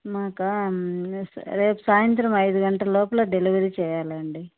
మాకా రేపు సాయంత్రం ఐదు గంటల లోపల డెలివరీ చేయ్యాలండి